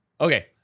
Okay